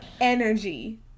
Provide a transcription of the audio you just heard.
energy